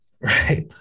right